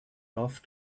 off